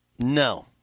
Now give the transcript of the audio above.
No